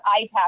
iPad